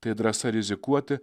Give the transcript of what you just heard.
tai drąsa rizikuoti